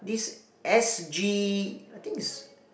this S_G I think is